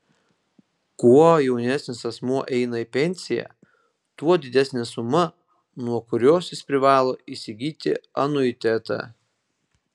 kuo jaunesnis asmuo eina į pensiją tuo didesnė suma nuo kurios jis privalo įsigyti anuitetą